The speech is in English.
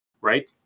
right